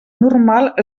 normal